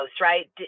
right